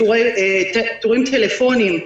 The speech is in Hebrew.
תורים טלפוניים,